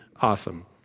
awesome